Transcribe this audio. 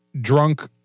drunk